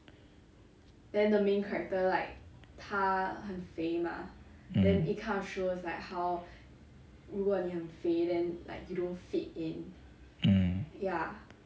mm mm